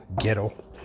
ghetto